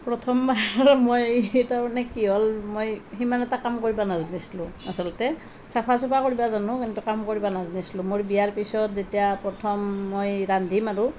প্ৰথমবাৰ মই তাৰমানে কি হ'ল মই সিমান এটা কাম কৰিব নাজানিছিলো আচলতে চাফা তাফা কৰিব জানো কিন্তু কাম কৰিব নাজানিছিলো মোৰ বিয়াৰ পিছত যেতিয়া প্ৰথম মই ৰান্ধিম আৰু